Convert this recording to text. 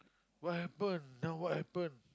what happen now what happen